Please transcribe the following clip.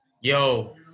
Yo